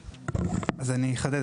אז אני אחדד.